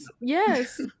yes